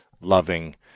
loving